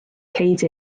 ceid